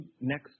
next